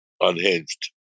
unhinged